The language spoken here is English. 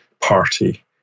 party